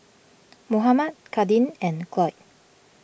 Mohammad Kadin and Cloyd